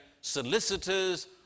solicitors